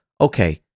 okay